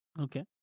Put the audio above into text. Okay